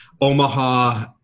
Omaha